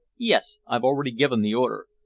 yes. i've already given the order.